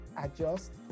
adjust